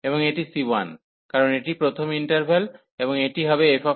এবং এটি c1 কারণ এটি প্রথম ইন্টারভ্যাল এবং এটি হবে fx f